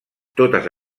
totes